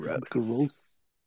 Gross